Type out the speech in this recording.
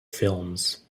films